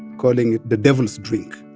calling it the devil's drink.